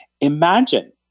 Imagine